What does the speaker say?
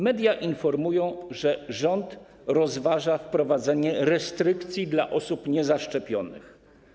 Media informują, że rząd rozważa wprowadzenie restrykcji dla osób niezaszczepionych.